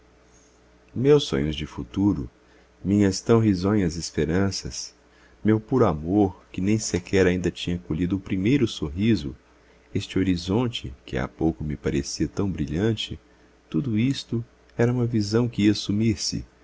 meus sonhos de futuro minhas tão risonhas esperanças meu puro amor que nem sequer ainda tinha colhido o primeiro sorriso este horizonte que há pouco me parecia tão brilhante tudo isto era uma visão que ia